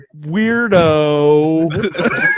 weirdo